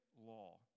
law